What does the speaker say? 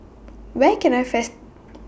Where Can I